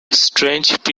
strange